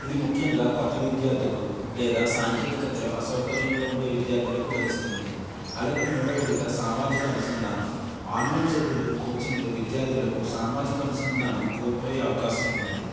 ఇది ముఖ్యంగా కొత్త విద్యార్థుకు లేదా సాంకేతికతలో అసౌకర్యంగా ఉండే విద్యార్థులకు వరిస్తుంది అలాగే మూడోదిగా సామాజిక అనుసంధానం ఆన్లైన్ చదువులు కోచింగ్లు విద్యార్థులకు సామాజిక అనుసంధానం కోల్పోయే అవకాశం ఉంది